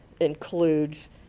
includes